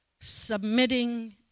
submitting